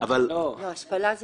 אבל --- לא, השפלה זה